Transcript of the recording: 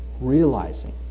realizing